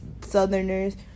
Southerners